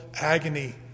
agony